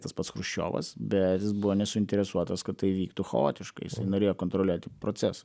tas pats chruščiovas bet jis buvo nesuinteresuotas kad tai vyktų chaotiškai isai norėjo kontroliuoti procesą